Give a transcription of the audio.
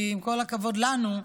כי עם כל הכבוד לנו,